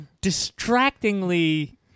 distractingly